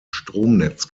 stromnetz